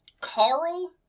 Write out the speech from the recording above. Carl